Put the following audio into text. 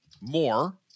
more